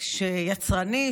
יצרני,